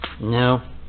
No